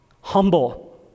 humble